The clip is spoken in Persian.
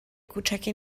کوچکی